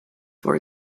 for